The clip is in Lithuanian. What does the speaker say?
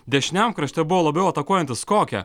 dešiniajam krašte buvo labiau atakuojantis kokė